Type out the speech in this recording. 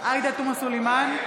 עאידה תומא סלימאן,